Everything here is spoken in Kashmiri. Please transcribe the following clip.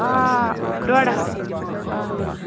آ ڈۄڈ ہتھ اَہَن حظ